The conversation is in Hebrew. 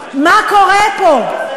מה קורה פה?